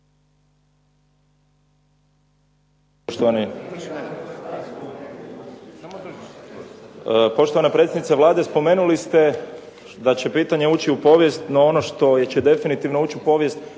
Poštovana predsjednice Vlade, spomenuli ste da će pitanje ući u povijest. No, ono što će definitivno ući u povijest